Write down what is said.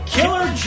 Killer